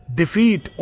defeat